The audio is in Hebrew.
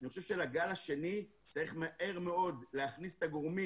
אני חושב שלגל השני צריך מהר מאוד להכניס את הגורמים